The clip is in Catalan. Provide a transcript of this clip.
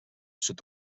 sud